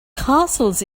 castles